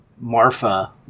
Marfa